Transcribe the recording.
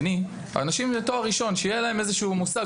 אנשים לתואר ראשון, שיהיה להם איזה מושג.